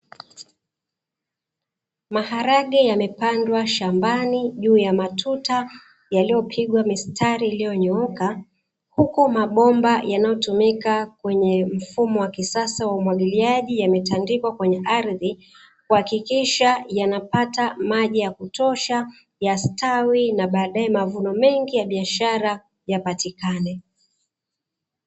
Maharage yemepandwa shambani juu ya matuta yaliyopigwa katika mistari iliyonyooka, huku mabomba yanayotumika kwenye mfumo wa kisasa wa umwagiliaji yametandikwa kwenye ardhi kuhakikisha yanapata maji ya kutosha yastawi na baadae mavuno mengi ya biashara yapatikane.